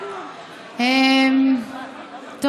אז